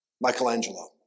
Michelangelo